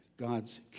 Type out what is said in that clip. God's